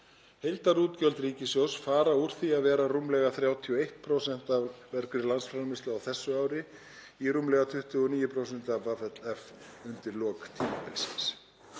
Heildarútgjöld ríkissjóðs fara úr því að vera rúmlega 31% af vergri landsframleiðslu á þessu ári í rúmlega 29% undir lok tímabilsins.